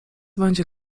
będzie